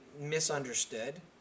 misunderstood